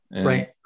right